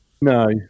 No